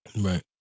Right